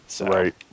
right